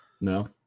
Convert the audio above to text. No